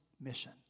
mission